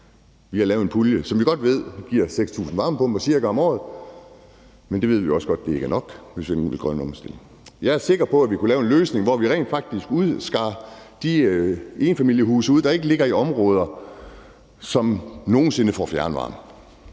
Man har lavet en pulje, som vi godt ved giver ca. 6.000 varmepumper om året, men det ved vi også godt ikke er nok, hvis vi vil den grønne omstilling. Jeg er sikker på, at vi kunne lave en løsning, hvor vi rent faktisk skilte de enfamilieshuse ud, der ikke ligger i områder, som nogen sinde får fjernvarme,